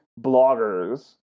bloggers